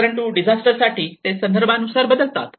परंतु डिझास्टर साठी ते संदर्भा नुसार बदलतात